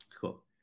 cool